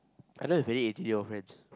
I don't have any A_T_D_O friends